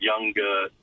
younger